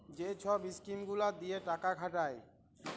যে ছব ইস্কিম গুলা দিঁয়ে টাকা খাটায়